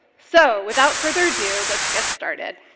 so without further ado, let's get started.